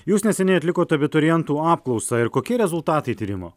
jūs neseniai atlikot abiturientų apklausą ir kokie rezultatai tyrimo